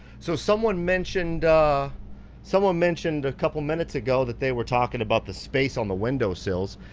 so someone mentioned someone mentioned a couple minutes ago that they were talking about the space on the window sills.